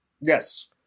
Yes